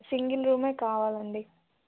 single రూమే కావాలండి